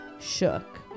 shook